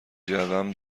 جوم